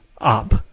up